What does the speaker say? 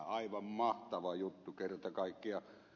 aivan mahtava juttu kerta kaikkiaan